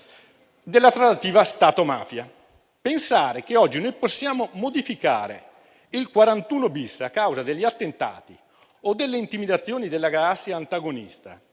della trattativa Stato-mafia. Ebbene, pensare che oggi possiamo modificare il 41-*bis* a causa degli attentati o delle intimidazioni della galassia antagonista